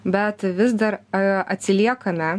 bet vis dar ee atsiliekame